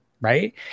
right